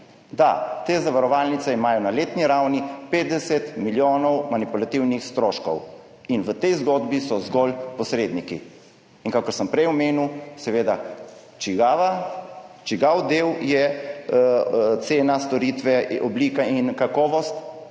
Da, te zavarovalnice imajo na letni ravni 50 milijonov manipulativnih stroškov in v tej zgodbi so zgolj posredniki. In kakor sem prej omenil, čigav del je cena storitve, oblika in kakovost,